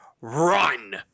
run